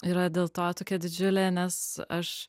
yra dėl to tokia didžiulė nes aš